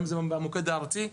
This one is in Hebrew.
היום זה במוקד הארצי.